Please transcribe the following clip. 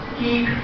keep